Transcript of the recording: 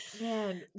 Man